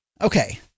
Okay